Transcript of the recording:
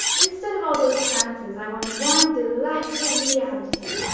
instead of all those chances i want one delightful reality.